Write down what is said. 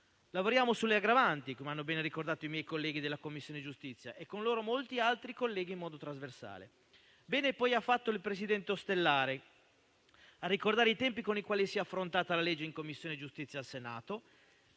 Lavoriamo sulle aggravanti, come hanno ben ricordato i miei colleghi della Commissione giustizia e con loro molti altri colleghi in modo trasversale. Bene poi ha fatto il presidente Ostellari a ricordare i tempi con i quali si è affrontata la legge in Commissione giustizia al Senato,